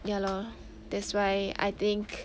ya lor that's why I think